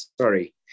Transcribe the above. Sorry